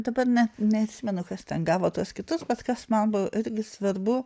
dabar net neatsimenu kas ten gavo tuos kitus bet kas man buvo irgi svarbu